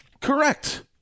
Correct